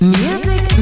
music